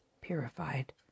purified